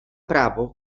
právo